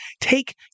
take